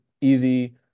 easy